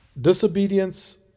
disobedience